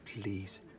please